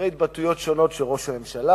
אחרי התבטאויות שונות של ראש הממשלה,